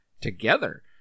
together